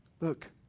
Look